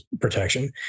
protection